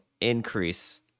increase